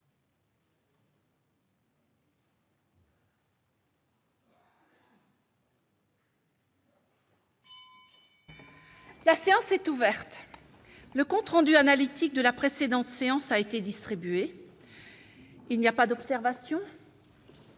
La séance est ouverte, le compte rendu analytique de la précédente séance a été distribué, il n'y a pas d'observation.